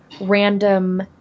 random